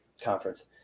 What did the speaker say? conference